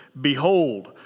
Behold